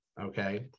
okay